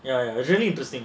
ya ya it's really interesting